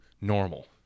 normal